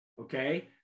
Okay